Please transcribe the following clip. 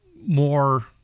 more